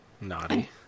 Naughty